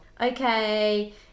Okay